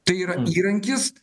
tai yra įrankis